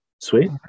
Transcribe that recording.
Sweet